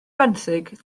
benthyg